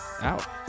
out